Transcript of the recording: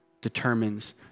determines